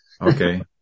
Okay